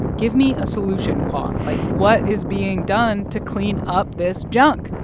give me a solution, kwong. like, what is being done to clean up this junk?